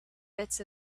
bits